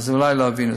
אז אולי לא הבינו.